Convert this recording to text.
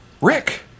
Rick